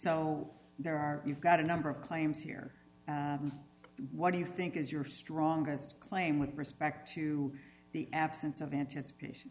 so there are you've got a number of claims here what do you think is your strongest claim with respect to the absence of anticipation